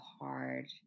hard